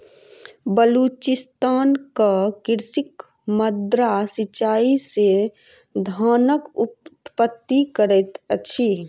बलुचिस्तानक कृषक माद्दा सिचाई से धानक उत्पत्ति करैत अछि